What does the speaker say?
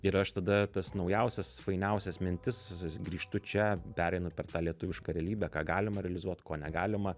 ir aš tada tas naujausias fainiausias mintis grįžtu čia pereinu per tą lietuvišką realybę ką galima realizuot ko negalima